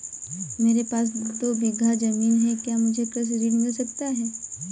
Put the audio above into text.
मेरे पास दो बीघा ज़मीन है क्या मुझे कृषि ऋण मिल सकता है?